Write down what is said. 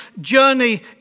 journey